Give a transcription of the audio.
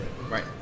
Right